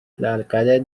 alcalde